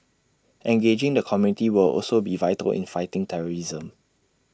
engaging the community will also be vital in fighting terrorism